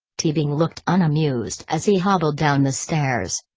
teabing looked unamused as he hobbled down the stairs.